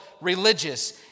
religious